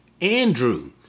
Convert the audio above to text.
Andrew